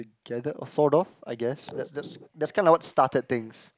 together or sort of I guess that that that's kind of what started things